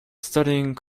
studying